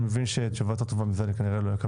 אני מבין שתשובה יותר טובה מזה אני לא אקבל